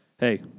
hey